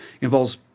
involves